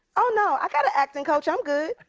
oh, no. i got an acting coach. i'm good.